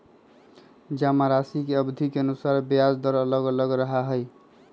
जमाराशि के अवधि के अनुसार ब्याज दर अलग अलग रहा हई